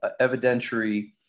evidentiary